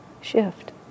shift